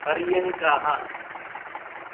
पर्यङ्काः